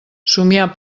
somiar